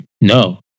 No